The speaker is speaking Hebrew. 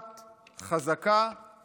חזקה ועצמאית.